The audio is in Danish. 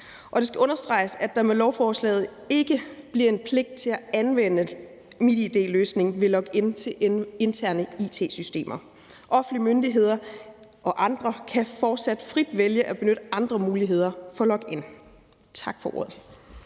det skal understreges, at der med lovforslaget ikke bliver en pligt til at anvende MitID-løsning ved log-in til interne it-systemer. Offentlige myndigheder og andre kan fortsat frit vælge at benytte andre muligheder for login. Tak for ordet.